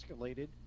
escalated